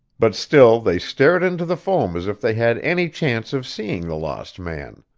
but still they stared into the foam as if they had any chance of seeing the lost man.